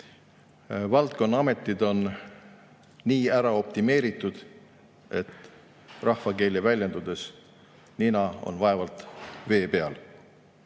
Valdkonna ametid on nii ära optimeeritud, et rahvakeeli väljendudes on neil nina vaevalt vee peal.